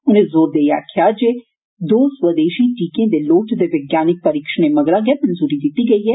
उन्ने जोर देइयै आक्खेआ जे दो स्वदेशी टीके दे लोड़चदे वैज्ञानिक परीक्षणें मगरा गै मंजूरी दिती गेई ऐ